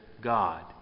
God